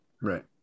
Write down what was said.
Right